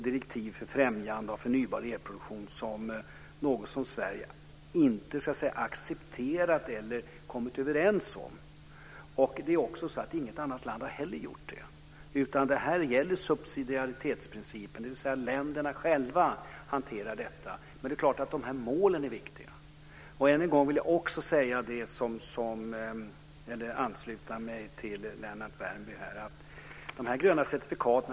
Direktiven för främjande av förnybar elproduktion är något som Sverige inte accepterat eller kommit överens med andra länder om. Inget annat land har heller accepterat dem. Här gäller subsidiaritetsprincipen, dvs. att länderna själva hanterar frågan. Men det är klart att målen är viktiga. Jag vill ansluta mig till det Lennart Värmby sade.